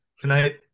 tonight